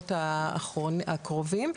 בשבועות הקרובים.